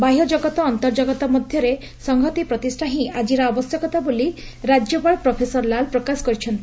ବାହ୍ୟଜଗତ ଓ ଅନ୍ତର୍କଗତ ମଧରେ ସଂହତି ପ୍ରତିଷ୍ଷା ହି ଆକିର ଆବଶ୍ୟକତା ବୋଲି ରାଜ୍ୟପାଳ ପ୍ରଫେସର ଲାଲ୍ ପ୍ରକାଶ କରିଛନ୍ତି